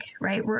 right